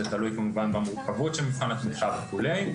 זה תלוי כמובן גם במורכבות של מבחן התמיכה וכולי.